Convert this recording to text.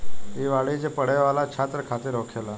ई वाणिज्य पढ़े वाला छात्र खातिर होखेला